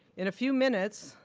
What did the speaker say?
in a few minutes,